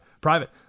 private